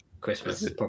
Christmas